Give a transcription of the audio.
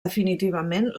definitivament